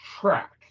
track